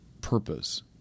purpose